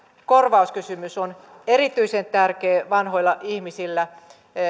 korvauskysymys on erityisen tärkeä vanhoille ihmisille